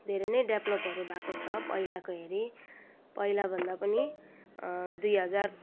धेरै नै डेभेलपहरू भएको छ पहिलाको हेरि पहिला भन्दा पनि दुई हजार